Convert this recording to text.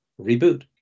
reboot